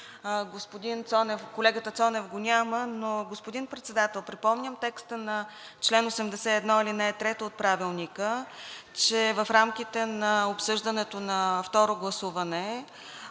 Колегата Цонев го няма, но господин Председател, припомням текста на чл. 81, ал. 3 от Правилника, че в рамките на обсъждането на второ гласуване